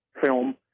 film